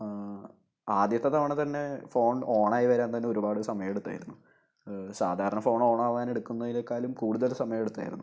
ആദ്യത്തെ തവണ തന്നെ ഫോൺ ഓൺ ആയി വരാൻ തന്നെ ഒരുപാട് സമയം എടുത്തായിരുന്നു സാധാരണ ഫോൺ ഓണാവാൻ എടുക്കുന്നതിനേക്കാളും കൂടുതൽ സമയം എടുത്തായിരുന്നു